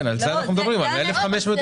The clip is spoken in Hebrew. כן, על זה אנחנו מדברים, על 1,500 יחידות דיור.